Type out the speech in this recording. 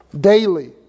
daily